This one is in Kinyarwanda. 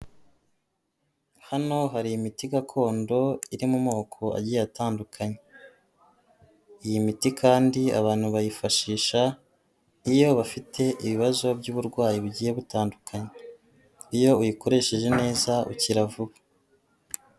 Hano hari imiti gakondo iri mu moko agiye atandukanye, iyi miti kandi abantu bayifashisha iyo bafite ibibazo by'uburwayi bugiye butandukanye, iyo uyikoresheje neza ukira vuba.